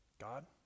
God